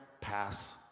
pass